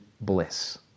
bliss